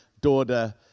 daughter